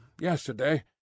yesterday